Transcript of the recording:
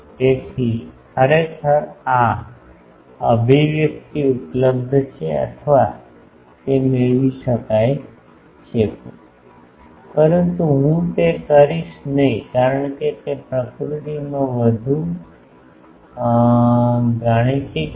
તેથી ખરેખર આ અભિવ્યક્તિ ઉપલબ્ધ છે અથવા તે મેળવી શકાય છે પરંતુ હું તે કરીશ નહીં કારણ કે તે પ્રકૃતિમાં વધુ ગાણિતિક હશે